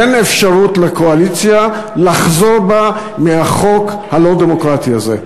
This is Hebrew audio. תן אפשרות לקואליציה לחזור בה מהחוק הלא-דמוקרטי הזה.